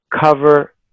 cover